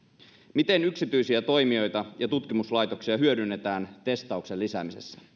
miten yksityisiä toimijoita ja tutkimuslaitoksia hyödynnetään testauksen lisäämisessä